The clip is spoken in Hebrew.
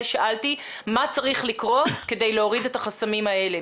שאלתי מה צריך לקרות כדי להוריד את החסמים האלה.